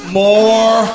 more